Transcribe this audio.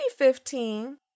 2015